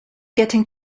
getting